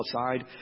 outside